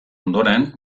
ondoren